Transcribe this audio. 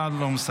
השר לא מסכם.